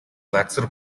газар